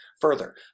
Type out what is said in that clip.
Further